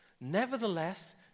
Nevertheless